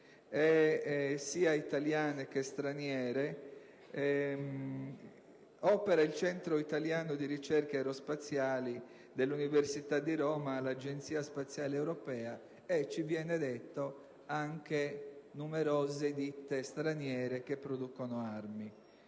sia italiane che straniere; vi operano il Centro italiano di ricerche aerospaziali dell'università di Roma, l'Agenzia spaziale europea e, così ci viene detto, anche numerose ditte straniere che producono armi.